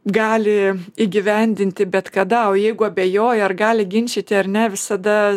gali įgyvendinti bet kada o jeigu abejoja ar gali ginčyti ar ne visada